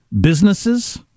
businesses